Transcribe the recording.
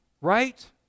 right